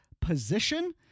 position